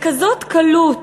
בכזאת קלות